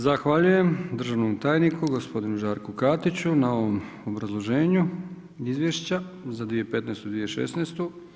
Zahvaljujem državnom tajniku, gospodinu Žarku Katiću na ovom obrazloženju izvješća za 2015. i 2015.